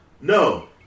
No